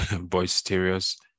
boisterous